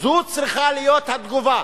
זו צריכה להיות התגובה.